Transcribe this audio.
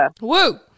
Woo